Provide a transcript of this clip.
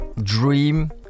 dream